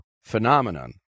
phenomenon